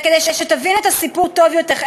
וכדי שתבינו את הסיפור טוב יותר,